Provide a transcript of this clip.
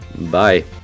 Bye